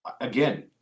again